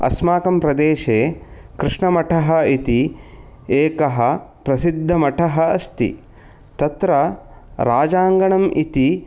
अस्माकं प्रदेशे कृष्णमठः इति एकः प्रसिद्धमठः अस्ति तत्र राजाङ्गणम् इति